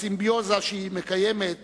בסימביוזה שהיא מקיימת